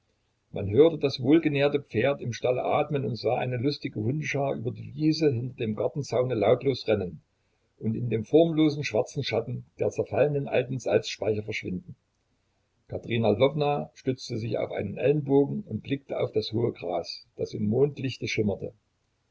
man hörte das wohlgenährte pferd im stalle atmen und sah eine lustige hundeschar über die wiese hinter dem gartenzaune lautlos rennen und in dem formlosen schwarzen schatten der zerfallenen alten salzspeicher verschwinden katerina lwowna stützte sich auf einen ellenbogen und blickte auf das hohe gras das im mondlichte schimmerte